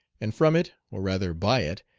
and from it, or rather by it,